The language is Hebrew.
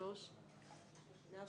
הצבעה בעד הרביזיה על סעיף 74,